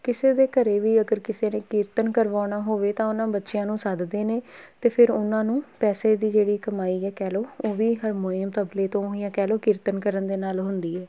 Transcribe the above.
ਕਿਸੇ ਦੇ ਘਰ ਵੀ ਅਗਰ ਕਿਸੇ ਨੇ ਕੀਰਤਨ ਕਰਵਾਉਣਾ ਹੋਵੇ ਤਾਂ ਉਹਨਾਂ ਬੱਚਿਆਂ ਨੂੰ ਸੱਦਦੇ ਨੇ ਅਤੇ ਫਿਰ ਉਹਨਾਂ ਨੂੰ ਪੈਸੇ ਦੀ ਜਿਹੜੀ ਕਮਾਈ ਹੈ ਕਹਿ ਲਓ ਉਹ ਵੀ ਹਰਮੋਨੀਅਮ ਤਬਲੇ ਤੋਂ ਜਾਂ ਕਹਿ ਲਓ ਕੀਰਤਨ ਕਰਨ ਦੇ ਨਾਲ ਹੁੰਦੀ ਹੈ